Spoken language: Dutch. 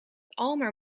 almaar